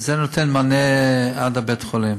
זה נותן מענה עד לבית-החולים.